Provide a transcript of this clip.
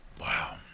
Wow